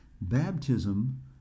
baptism